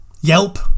Yelp